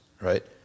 right